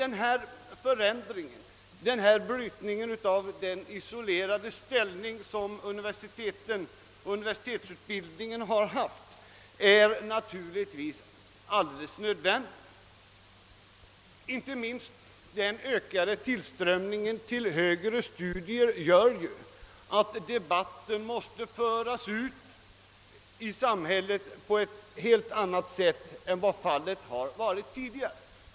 Denna förändring, denna brytning av den isolerade ställning som universitetsutbildningen har haft är naturligtvis alldeles nödvändig. Inte minst den ökade tillströmningen till högre studier gör ju att debatten måste föras ut i samhället på ett helt annat sätt än vad fallet har varit tidigare.